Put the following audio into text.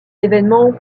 événement